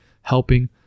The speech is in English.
helping